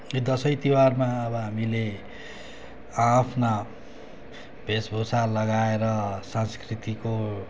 यो दसैँतिहारमा अब हामीले आआफ्ना वेशभूषा लगाएर संस्कृतिको